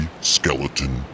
Skeleton